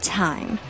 time